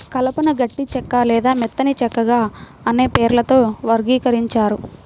కలపను గట్టి చెక్క లేదా మెత్తని చెక్కగా అనే పేర్లతో వర్గీకరించారు